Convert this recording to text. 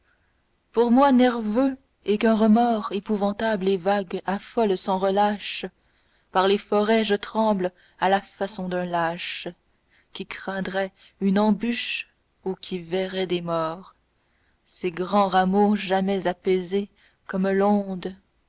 pour moi nerveux et qu'un remords épouvantable et vague affole sans relâche par les forêts je tremble à la façon d'un lâche qui craindrait une embûche ou qui verrait des morts ces grands rameaux jamais apaisés comme l'onde